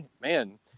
man